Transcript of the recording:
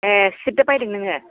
ए शिट बो बायदों नोङो